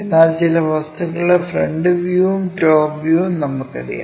എന്നാൽ ചില വസ്തുക്കളുടെ ഫ്രണ്ട് വ്യൂവും ടോപ് വ്യൂവും നമുക്കറിയാം